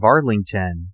Arlington